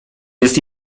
jest